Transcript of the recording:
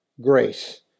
grace